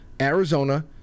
arizona